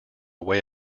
way